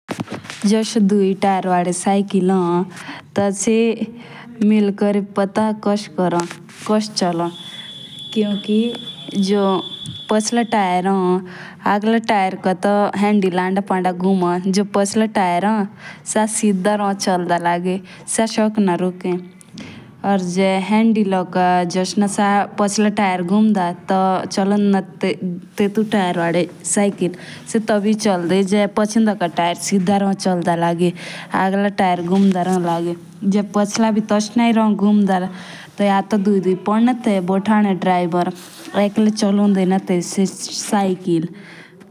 जूस दूई तयार वली सैकिल होन से मिलकार भी कास चोलन। कियुंकी पोचला तयार होन अगला तयार का तो हेंडिल अंदा पांडा घुनो पचले तयार होन सा शिदा रोन चोलदा लाग्ये सा सोकना रुके। या हेंडिलो का जोशना पूछला त्यार घुंडा से तबी छोलदी जे पोचिन्डो का त्यार चलदा लागे।